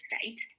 state